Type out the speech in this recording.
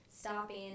stopping